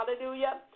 hallelujah